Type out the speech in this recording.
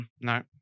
No